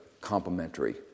complementary